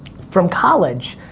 from college,